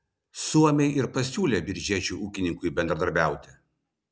suomiai ir pasiūlė biržiečiui ūkininkui bendradarbiauti